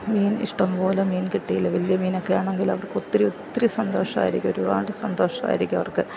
മീൻ ഇഷ്ടം പോലെ മീൻ കിട്ടിയാൽ വല്യ മീനൊക്കെ ആണെങ്കിൽ അവർക്ക് ഒത്തിരി ഒത്തിരി സന്തോഷമായിരിക്കും ഒരുപാട് സന്തോഷമായിരിക്കും അവർക്ക്